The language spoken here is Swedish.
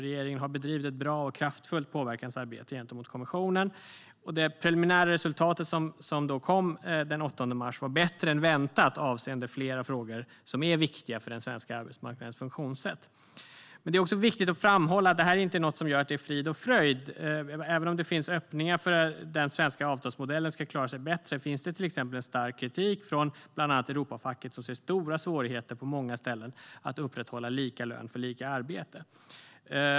Regeringen har bedrivit ett bra och kraftfullt påverkansarbete gentemot kommissionen, och det preliminära resultat som kom den 8 mars var bättre än väntat avseende flera frågor som är viktiga för den svenska arbetsmarknadens funktionssätt. Men det är också viktigt att framhålla att detta inte är något som gör att det är frid och fröjd. Även om det finns öppningar för att den svenska avtalsmodellen ska klara sig bättre finns det till exempel en stark kritik från bland annat Europafacket, som på många ställen ser stora svårigheter att upprätthålla lika lön för lika arbete.